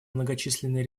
многочисленные